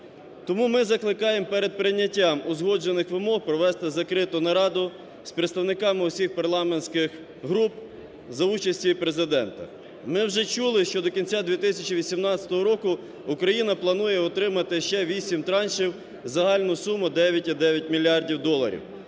Тому ми закликаємо перед прийняттям узгоджених вимог провести закриту нараду з представниками усіх парламентських груп за участі Президента. Ми вже чули, що до кінця 2018 року Україна планує отримати ще вісім траншів, загальна сума – 9,9 мільярдів доларів.